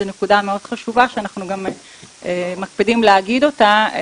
זו נקודה מאוד חשובה שאנחנו מקפידים להגיד אותה.